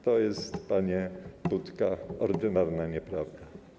To jest, panie Budka, ordynarna nieprawda.